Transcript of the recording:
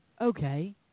okay